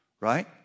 Right